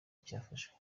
cyafashwe